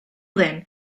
then